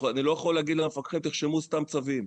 אני לא יכול להגיד למפקחים לרשום סתם צווים.